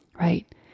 right